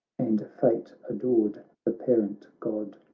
and fate adored the parent god.